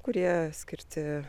kurie skirti